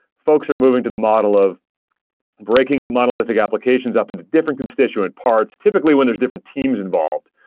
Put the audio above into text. folks are moving to the model of breaking monolithic applications up into different constituent parts typically when there's different teams involved.